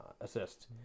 assist